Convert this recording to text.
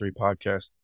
podcast